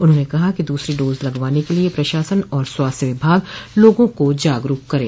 उन्होंने कहा कि दूसरी डोज लगवाने के लिये प्रशासन व स्वास्थ्य विभाग लोगों को जागरूक करे